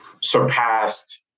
surpassed